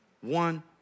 one